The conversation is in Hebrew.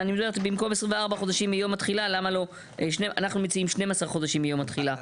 במקום 24 חודשים מיום התחילה אנחנו מציעים 12 חודשים מיום התחילה.